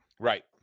Right